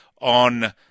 on